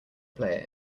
player